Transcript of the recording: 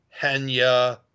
Hanya